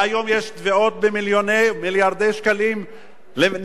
והיום יש תביעות במיליוני מיליארדי שקלים נגד